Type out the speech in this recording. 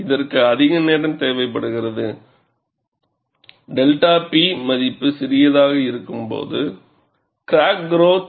எனவே இதற்கு அதிக நேரம் தேவைப்படுகிறது 𝛅 P மதிப்பு சிறியதாக இருக்கும்போது கிராக் குரோத்து